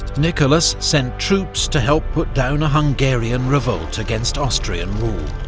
nicholas sent troops to help put down a hungarian revolt against austrian rule.